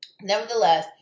nevertheless